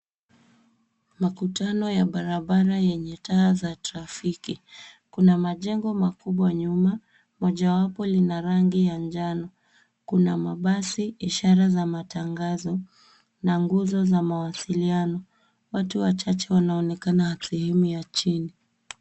Makutano ya barabara yenye taa za trafiki. Kuna majengo makubwa nyuma, mojawapo lina rangi ya manjano. Kuna mabadi, ishara za matangazo na nguzo za mawasiliano. Watu wachache wanaonekana sehemu ya chini.